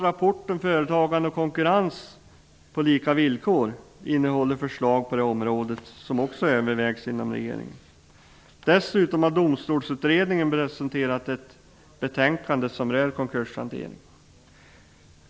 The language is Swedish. Rapporten Företagande och konkurrens på lika villkor innehåller också förslag på det här området som nu övervägs inom regeringen. Dessutom har Domstolsutredningen presenterat ett betänkande som rör konkurshantering.